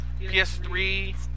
PS3